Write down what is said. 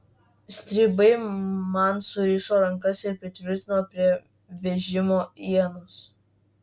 stribai man surišo rankas ir pritvirtino prie vežimo ienos